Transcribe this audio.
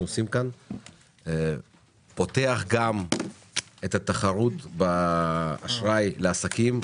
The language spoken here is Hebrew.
עושים כאן פותח גם את התחרות באשראי לעסקים,